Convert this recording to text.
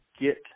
get